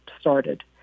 started